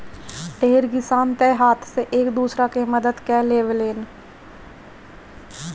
ढेर किसान तअ हाथे से एक दूसरा के मदद कअ लेवेलेन